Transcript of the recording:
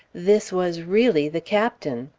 this was really the captain.